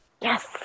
Yes